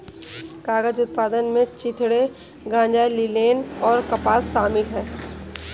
कागज उत्पादन में चिथड़े गांजा लिनेन और कपास शामिल है